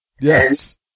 Yes